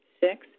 Six